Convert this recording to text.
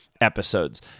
episodes